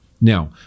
Now